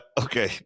okay